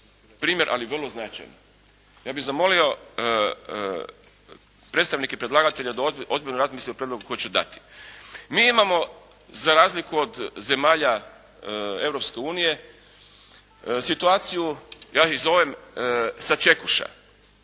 primjer ali vrlo značajan. Ja bih zamolio predsjednike predlagatelja da ozbiljno razmisle o prijedlogu koji će dati. Mi imamo za razliku od zemalja Europske unije situaciju ja ih zovem "sačekuša",